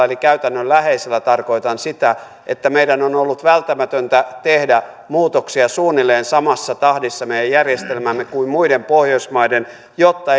eli käytännönläheisellä tarkoitan sitä että meidän on ollut välttämätöntä tehdä muutoksia suunnilleen samassa tahdissa meidän järjestelmäämme kuin muiden pohjoismaiden jotta